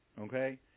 Okay